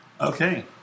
Okay